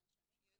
נרשמים חדשים.